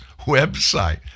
website